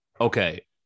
okay